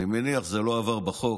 אני מניח שזה לא עבר בחוק.